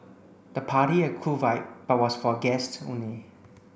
the party had a cool vibe but was for guests only